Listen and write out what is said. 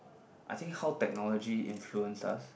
I think how technology influence us